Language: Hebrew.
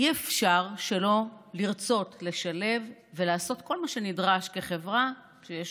אי-אפשר שלא לרצות לשלב ולעשות כל מה שנדרש כחברה שיש